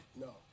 No